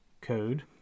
code